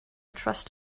trust